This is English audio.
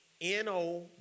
N-O